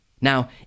Now